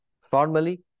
formally